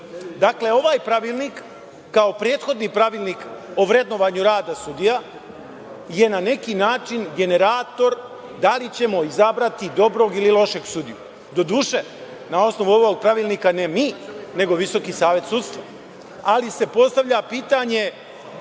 ovaj pravilnik, kao i prethodni Pravilnik o vrednovanju rada sudija je na neki način generator da li ćemo izabrati dobrog ili lošeg sudiju, doduše, na osnovu ovog pravilnika, ne mi, nego Visoki savet sudstva, ali se postavlja pitanje